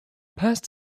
past